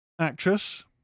actress